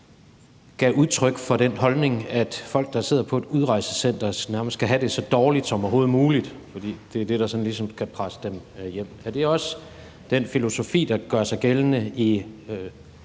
gav udtryk for den holdning, at folk, der sidder på et udrejsecenter, nærmest skal have det så dårligt som overhovedet muligt, fordi det er det, der sådan ligesom kan presse dem hjem. Er det også den filosofi, der gør sig gældende i